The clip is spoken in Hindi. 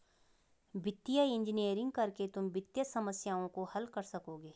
वित्तीय इंजीनियरिंग करके तुम वित्तीय समस्याओं को हल कर सकोगे